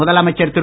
முதலமைச்சர் திரு